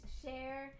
share